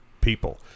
people